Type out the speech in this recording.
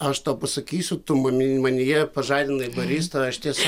aš tau pasakysiu tu many manyje pažadinai baristą aš tiesą